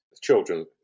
children